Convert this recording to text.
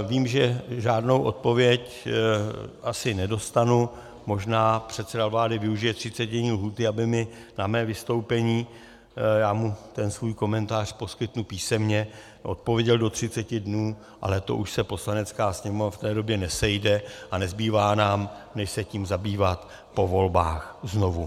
Vím, že žádnou odpověď asi nedostanu, možná předseda vlády využije třicetidenní lhůty, aby mi na mé vystoupení, já mu ten svůj komentář poskytnu písemně, odpověděl do třiceti dnů, ale to už se Poslanecká sněmovna v té době nesejde a nezbývá nám než se tím zabývat po volbách znovu.